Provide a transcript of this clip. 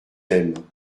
aiment